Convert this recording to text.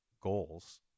goals